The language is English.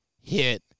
hit